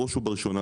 בראש ובראשונה,